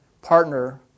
partner